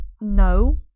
no